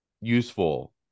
useful